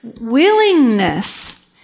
willingness